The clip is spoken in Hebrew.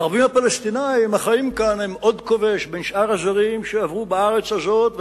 הערבים הפלסטינים החיים כאן הם עוד כובש בין שאר הזרים שעברו בארץ הזאת,